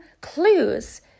clues